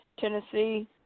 Tennessee